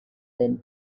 den